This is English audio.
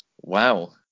wow